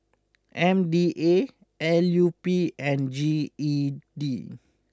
M D A L U P and G E D